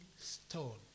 stone